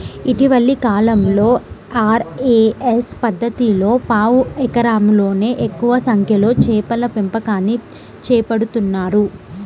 ఇటీవలి కాలంలో ఆర్.ఏ.ఎస్ పద్ధతిలో పావు ఎకరంలోనే ఎక్కువ సంఖ్యలో చేపల పెంపకాన్ని చేపడుతున్నారు